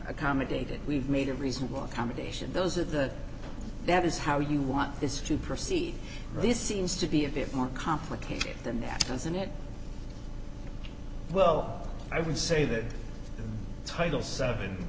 accommodated we've made a reasonable accommodation those are the that is how you want this to proceed this seems to be a bit more complicated than that doesn't it well i would say that title seven